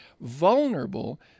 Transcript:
Vulnerable